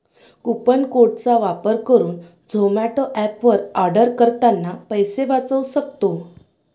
coupon code चा वापर करुन झोमाटो एप वर आर्डर करतांना पैसे वाचउ सक्तो